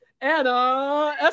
Anna